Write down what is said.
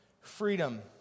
freedom